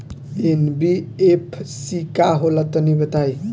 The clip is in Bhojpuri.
एन.बी.एफ.सी का होला तनि बताई?